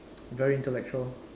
very intellectual